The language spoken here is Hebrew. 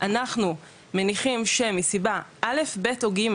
"אנחנו מניחים שמסיבה א'-ב'-ג',